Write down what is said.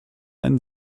einen